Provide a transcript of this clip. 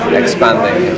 expanding